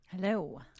Hello